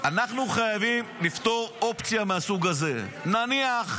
אנחנו חייבים לפתור אופציה מהסוג הזה, נניח,